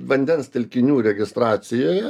vandens telkinių registracijoje